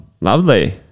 Lovely